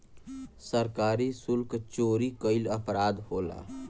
सरकारी सुल्क चोरी कईल अपराध होला